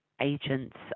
agents